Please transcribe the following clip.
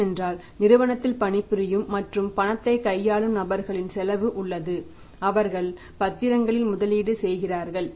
ஏனென்றால் நிறுவனத்தில் பணிபுரியும் மற்றும் பணத்தைக் கையாளும் நபர்களின் செலவு உள்ளது அவர்கள் பத்திரங்களில் முதலீடு செய்கிறார்கள்